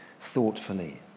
thoughtfully